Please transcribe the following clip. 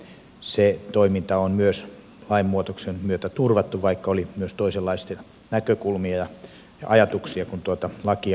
se toiminta on myös lainmuutoksen myötä turvattu vaikka oli myös toisenlaisia näkökulmia ja ajatuksia kun tuota lakia valmisteltiin